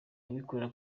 abikorera